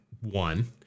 one